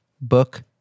book